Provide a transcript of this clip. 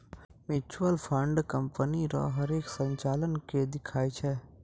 mutual fund company रो हरेक संचालन के दिखाय छै